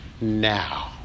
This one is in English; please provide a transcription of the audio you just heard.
now